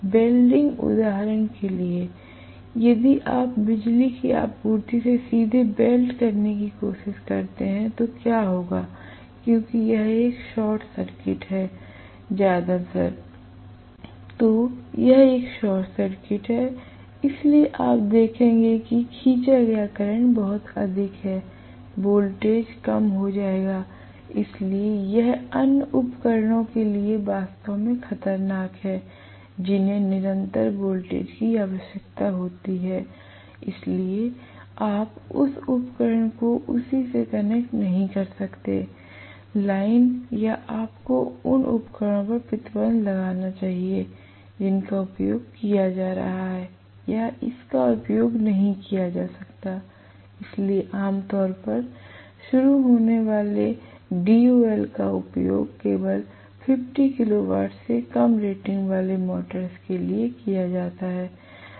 welding उदाहरण के लिए यदि आप बिजली की आपूर्ति से सीधे वेल्ड करने की कोशिश करते हैं तो क्या होगा क्योंकि यह एक शॉर्ट सर्किट है ज्यादातर तो यह एक शॉर्ट सर्किट है इसलिए आप देखेंगे कि खींचा गया करंट बहुत अधिक है वोल्टेज कम हो जाएगा इसलिए यह अन्य उपकरणों के लिए वास्तव में खतरनाक है जिन्हें निरंतर वोल्टेज की आवश्यकता होती है इसलिए आप उस उपकरण को उसी में कनेक्ट नहीं कर सकते हैं लाइन या आपको उन उपकरणों पर प्रतिबंध लगाना चाहिए जिनका उपयोग किया जा सकता है या इसका उपयोग नहीं किया जा सकता है इसलिए आमतौर पर शुरू होने वाले DOL का उपयोग केवल 50 किलोवाट से कम रेटिंग वाले मोटर्स के लिए किया जाता है